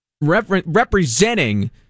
representing